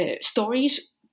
stories